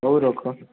ହଉ ରଖ